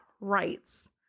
rights